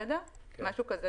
משהו כזה,